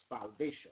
salvation